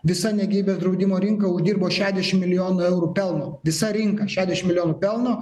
visa ne gyvybės draudimo rinka uždirbo šešdešim milijonų eurų pelno visa rinka šešdešim milijonų pelno